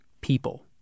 people